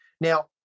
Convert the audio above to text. Now